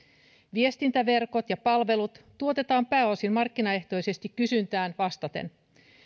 viestintäverkot ja palvelut tuotetaan pääosin markkinaehtoisesti kysyntään vastaten